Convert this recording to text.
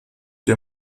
der